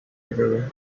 river